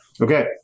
Okay